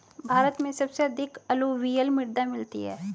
भारत में सबसे अधिक अलूवियल मृदा मिलती है